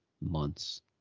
months